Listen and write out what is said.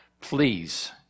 please